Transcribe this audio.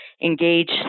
engage